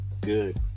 good